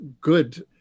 good